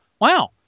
wow